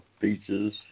beaches